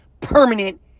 permanent